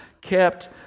kept